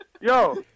yo